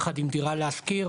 יחד עם דירה להשכיר,